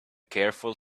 careful